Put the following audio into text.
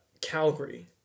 Calgary